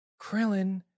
Krillin